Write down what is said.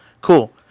cool